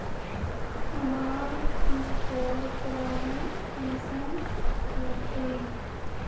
हमार पोरपरागण कुंसम रोकीई?